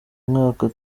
mwaka